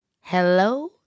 Hello